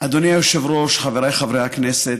אדוני היושב-ראש, חבריי חברי הכנסת,